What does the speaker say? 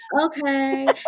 okay